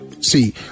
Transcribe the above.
See